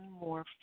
more